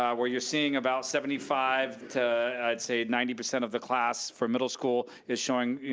um where you're seeing about seventy five to, i'd say, ninety percent of the class for middle school is showing, you